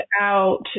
out